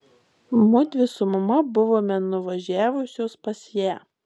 mudvi su mama buvome nuvažiavusios pas ją